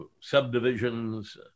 subdivisions